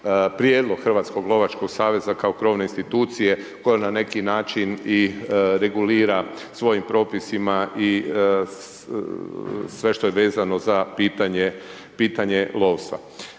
prijedlog Hrvatskog lovačkog saveza kao krovne institucije koja ne neki način i regulira svojim propisima i sve što je vezano za pitanje lovstva.